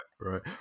Right